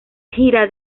gira